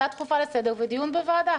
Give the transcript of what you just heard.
הצעה דחופה לסדר היום ודיון בוועדה.